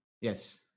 Yes